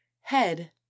head